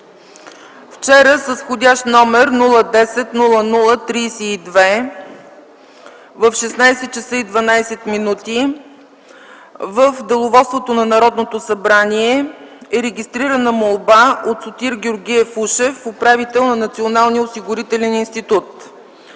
Вчера с вх. № 010-00-32 в 16,12 мин. в деловодството на Народното събрание е регистрирана молба от Сотир Георгиев Ушев – управител на Националния осигурителен институт.